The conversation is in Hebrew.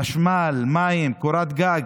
חשמל, מים, קורת גג?